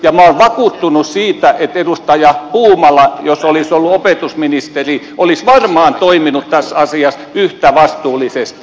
minä olen vakuuttunut siitä että jos edustaja puumala olisi ollut opetusministeri hän olisi varmaan toiminut tässä asiassa yhtä vastuullisesti